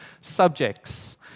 subjects